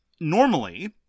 normally